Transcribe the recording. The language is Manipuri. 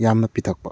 ꯌꯥꯝꯅ ꯄꯤꯊꯛꯄ